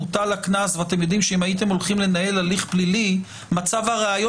אם הייתם הולכים לנהל הליך פלילי מצב הראיות